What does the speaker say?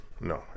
no